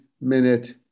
Minute